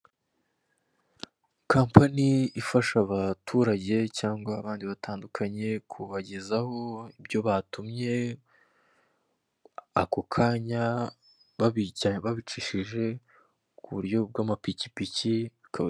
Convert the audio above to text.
Kampani ifasha abaturage cyangwa abandi batandukanye kubagezaho ibyo batumye ako kanya babicishije ku buryo bw'amapikipiki.